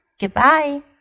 goodbye